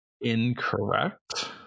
incorrect